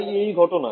তাই এই ঘটনা